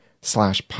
slash